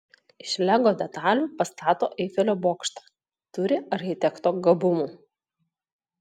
iš lego detalių pastato eifelio bokštą turi architekto gabumų